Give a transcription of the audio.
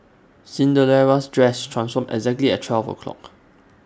Cinderella's dress transformed exactly at twelve o'clock